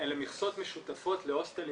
אלה מכסות משותפות להוסטלים